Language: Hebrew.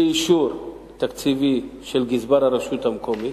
באישור תקציבי של גזבר הרשות המקומית.